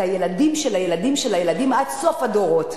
זה הילדים של הילדים של הילדים, עד סוף הדורות.